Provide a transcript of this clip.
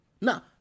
Now